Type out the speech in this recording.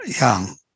young